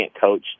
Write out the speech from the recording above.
coach